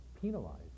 penalized